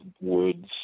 woods